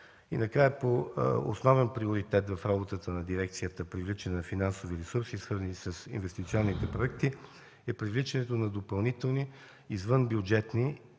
И накрая, основен приоритет в работата на дирекцията „Привличане на финансови ресурси, свързани с инвестиционните проекти” е привличането на допълнителни извънбюджетни